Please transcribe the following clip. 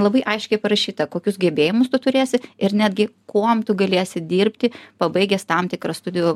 labai aiškiai parašyta kokius gebėjimus tu turėsi ir netgi kuom tu galėsi dirbti pabaigęs tam tikrą studijų